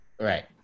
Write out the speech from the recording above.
Right